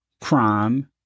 Crime